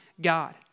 God